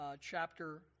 chapter